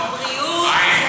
אבל לשלול מהם ביטוח בריאות,